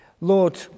Lord